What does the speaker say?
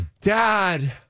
Dad